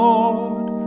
Lord